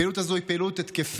הפעילות הזו היא פעילות התקפית,